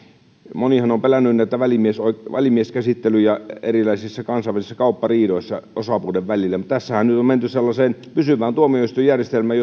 monihan on pelännyt näitä välimieskäsittelyjä erilaisissa kansainvälisissä kauppariidoissa osapuolten välillä mutta tässähän nyt on menty sellaiseen pysyvään tuomioistuinjärjestelmään